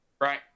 Right